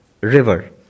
river